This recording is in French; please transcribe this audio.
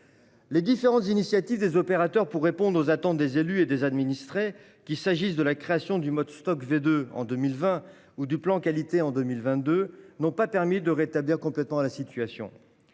Les différentes initiatives des opérateurs pour répondre aux attentes des élus et des administrés, qu'il s'agisse de la création du mode Stoc V2 en 2020 ou du plan qualité en 2022, n'ont pas permis de rétablir complètement la situation.